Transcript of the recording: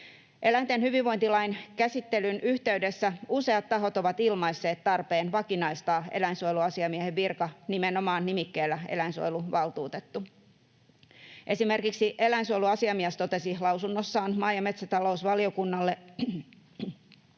Eläinten hyvinvointilain käsittelyn yhteydessä useat tahot ovat ilmaisseet tarpeen vakinaistaa eläinsuojeluasiamiehen virka nimenomaan nimikkeellä eläinsuojeluvaltuutettu. Esimerkiksi eläinsuojeluasiamies totesi lausunnossaan maa- ja metsätalousvaliokunnalle, että